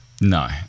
No